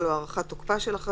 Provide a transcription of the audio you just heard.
ראית את זה?